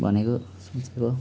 भनेको सोचेको